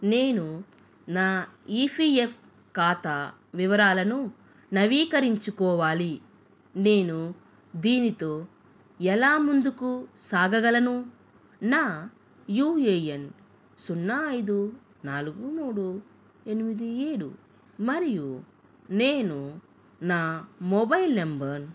నేను నా ఈపీఎఫ్ ఖాతా వివరాలను నవీకరించుకోవాలి నేను దీనితో ఎలా ముందుకు సాగగలను నా యూఏఎన్ సున్నా ఐదు నాలుగు మూడు ఎనిమిది ఏడు మరియు నేను నా మొబైల్ నెంబర్